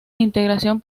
integración